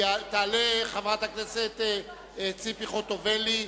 תעלה חברת הכנסת ציפי חוטובלי,